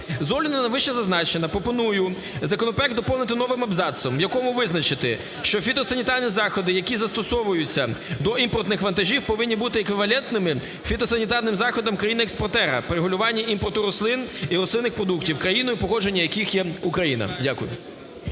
на вищезазначене пропоную законопроект доповнити новим абзацом, в якому визначити, що фітосанітарні заходи, які застосовуються до імпортних вантажів, повинні бути еквівалентними фітосанітарним заходам країни-експортера при регулюванні імпорту рослин і рослинних продуктів, країною походження яких є Україна. Дякую.